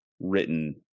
written